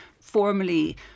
formerly